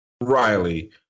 Riley